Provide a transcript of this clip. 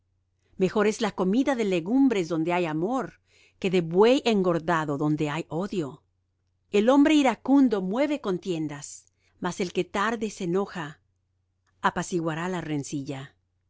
mejor es la comida de legumbres donde hay amor que de buey engordado donde hay odio el hombre iracundo mueve contiendas mas el que tarde se enoja apaciguará la rencilla